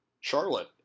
Charlotte